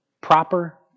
Proper